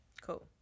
Cool